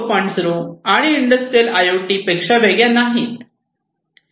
0 आणि industrial I O T पेक्षा वेगळ्या नाहीत